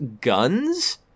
guns